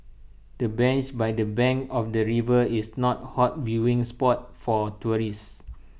the bench by the bank of the river is not A hot viewing spot for tourists